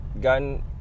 gun